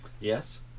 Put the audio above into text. Yes